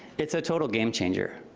it's a total game-changer.